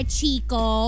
Chico